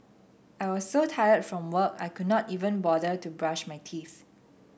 I was so tired from work I could not even bother to brush my teeth